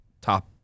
top